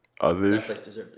Others